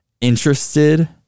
interested